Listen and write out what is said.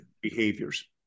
behaviors